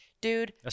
Dude